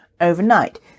overnight